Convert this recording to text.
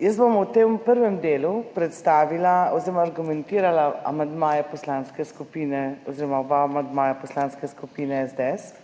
Jaz bom v tem prvem delu predstavila oziroma argumentirala oba amandmaja Poslanske skupine SDS.